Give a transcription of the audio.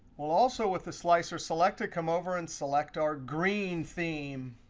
we'll also, with the slicer selected, come over and select our green theme.